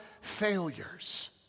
failures